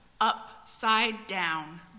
upside-down